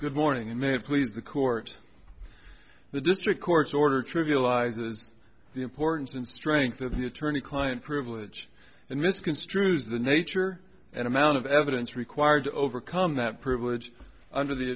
good morning and may it please the court the district court's order trivializes the importance and strength of the attorney client privilege and misconstrues the nature and amount of evidence required to overcome that privilege under the